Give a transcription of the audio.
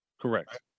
correct